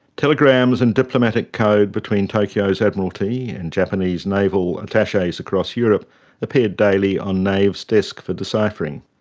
telegrams in diplomatic code between tokyo's admiralty and japanese naval attaches across europe appeared daily on nave's desk for deciphering.